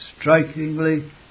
Strikingly